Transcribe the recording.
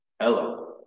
Hello